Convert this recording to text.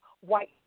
white